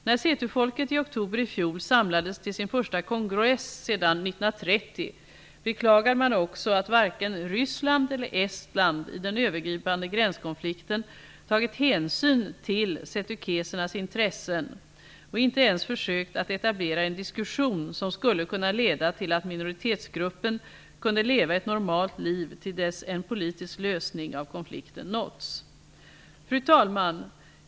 När setufolket i oktober i fjol samlades till sin första kongress sedan 1930 beklagade man också att varken Ryssland eller Estland i den övergripande gränskonflikten tagit hänsyn till setukesernas intressen och inte ens försökt att etablera en diskussion som skulle kunna leda till att minoritetsgruppen kunde leva ett normalt liv tills dess en politisk lösning av konflikten nåtts. Fru talman!